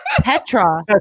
Petra